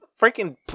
freaking